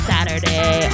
Saturday